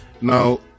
Now